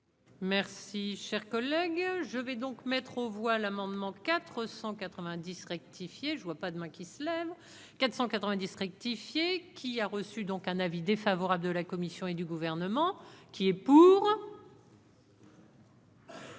Merci, chers collègues, je vais donc mettre aux voix l'amendement 490 rectifié, je ne vois pas de main qui se lève, 490 rectifié, qui a reçu, donc un avis défavorable de la Commission et du gouvernement qui est. Qui